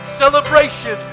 celebration